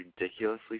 ridiculously